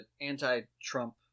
anti-Trump